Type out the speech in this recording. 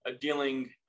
dealing